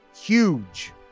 huge